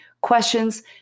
questions